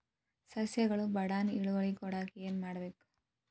ಸಸ್ಯಗಳು ಬಡಾನ್ ಇಳುವರಿ ಕೊಡಾಕ್ ಏನು ಮಾಡ್ಬೇಕ್?